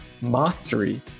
mastery